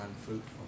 unfruitful